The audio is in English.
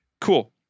cool